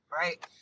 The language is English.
right